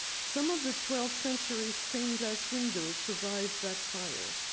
some of the twelfth century stained glass windows survived that fire.